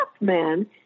man